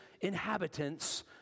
inhabitants